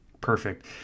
perfect